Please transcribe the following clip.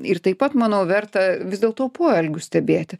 ir taip pat manau verta vis dėlto poelgius stebėti